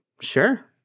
sure